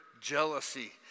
jealousy